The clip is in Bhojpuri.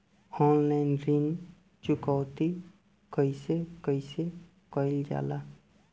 ऑनलाइन ऋण चुकौती कइसे कइसे कइल जाला?